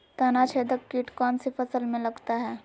तनाछेदक किट कौन सी फसल में लगता है?